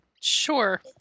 Sure